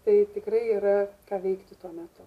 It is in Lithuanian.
tai tikrai yra ką veikti tuo metu